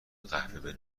قهوه